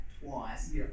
twice